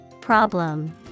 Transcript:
Problem